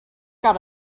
got